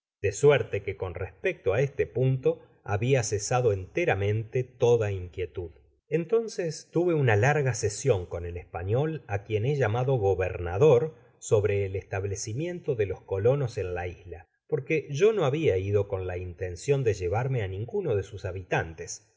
de suerte que con respecto á este punto habia cesado enteeamente toda inquietud content from google book search generated at entonces tuve una larga sesion con el español á quien he llamado gobernador sobre el establecimiento de los co loaos en la isla porque yo no habia ido con la intencion de llevarme á ninguno de sus habitantes